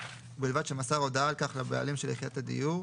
ובלבד שמסר הודעה על כך לבעלים של יחידת הדיור,